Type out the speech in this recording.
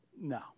No